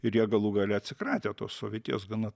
ir jie galų gale atsikratė tos sovietijos gana